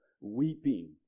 weeping